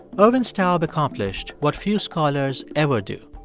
ervin staub accomplished what few scholars ever do.